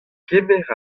kemer